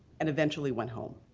and eventually went home.